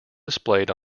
displayed